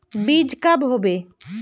बीज कब होबे?